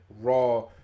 Raw